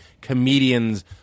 comedian's